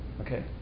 Okay